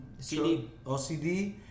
OCD